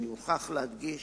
אני מוכרח להדגיש: